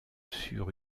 sur